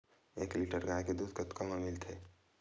एक लीटर गाय के दुध कतका म मिलथे?